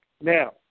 Now